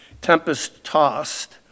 tempest-tossed